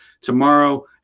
tomorrow